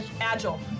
agile